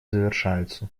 завершаются